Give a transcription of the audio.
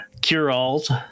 cure-alls